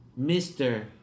Mr